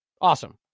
Awesome